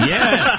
Yes